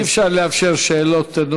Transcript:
רבותי, אי-אפשר לאפשר שאלות נוספות.